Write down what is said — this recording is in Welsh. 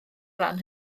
ran